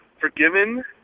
forgiven